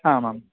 आम् आम्